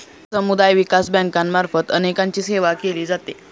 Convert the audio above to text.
समुदाय विकास बँकांमार्फत अनेकांची सेवा केली जाते